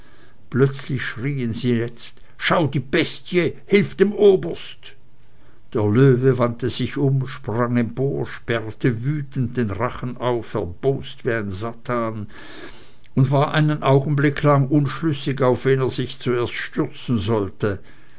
plötzlich schrieen sie jetzt schau die bestie hilf dem oberst der löwe wandte sich um sprang empor sperrte wütend den rachen auf erbost wie ein satan und war einen augenblick lang unschlüssig auf wen er sich zuerst stürzen solle